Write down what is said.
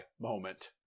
moment